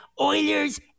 Oilers